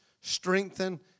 strengthen